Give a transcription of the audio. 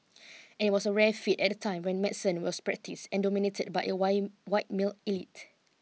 it was a rare feat at a time when medicine was practised and dominated by a white white male elite